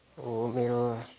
मेरो